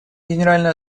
генеральную